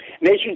Nation